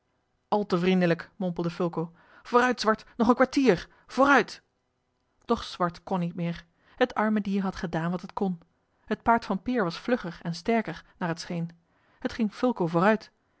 al te vriendelijk mompelde fulco vooruit zwart nog een kwartier vooruit doch zwart kon niet meer het arme dier had gedaan wat het kon het paard van peer was vlugger en sterker naar het scheen het ging fulco vooruit